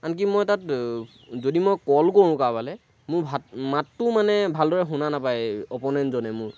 আনকি মই তাত যদি মই ক'ল কৰোঁ কাৰোবালৈ মোৰ ভাত মাতটোও মানে ভালদৰে শুনা নাপায় অপ'নেণ্টজনে মোৰ